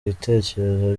ibitekerezo